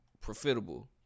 profitable